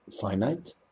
finite